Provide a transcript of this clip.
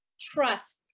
trust